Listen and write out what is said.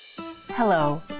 Hello